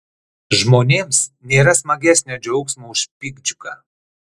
žmonėms nėra smagesnio džiaugsmo už piktdžiugą